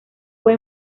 fue